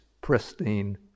pristine